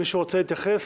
מישהו רוצה להתייחס?